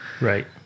Right